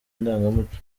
ndangamuco